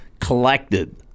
Collected